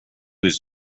was